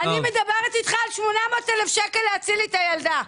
אני מדברת איתך על 800,000 שקלים להציל את הילדה.